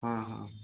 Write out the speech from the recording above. ହଁ ହଁ